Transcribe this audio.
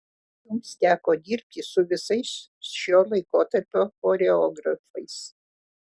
jums teko dirbti su visais šio laikotarpio choreografais